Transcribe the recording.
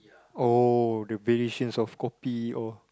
oh the variations of kopi oh